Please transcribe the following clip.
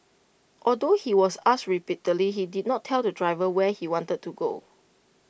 although he was asked repeatedly he did not tell the driver where he wanted to go